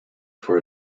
for